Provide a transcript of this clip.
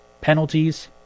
Penalties